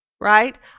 right